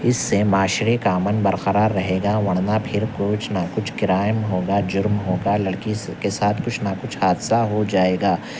اس سے معاشرے کا امن برقرار رہے گا ورنہ پھر کچھ نہ کچھ کرائم ہوگا جرم ہوگا لڑکی کے ساتھ کچھ نہ کچھ حادثہ ہو جائے گا